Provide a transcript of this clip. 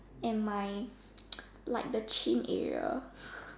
and my like the chin area